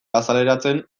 azaleratzen